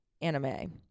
Anime